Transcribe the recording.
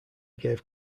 gave